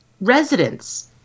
residents